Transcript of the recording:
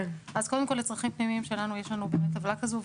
קודם כול לצרכים פנימיים שלנו יש לנו טבלה כזו,